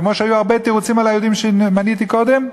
כמו שהיו הרבה תירוצים על היהודים שמניתי קודם,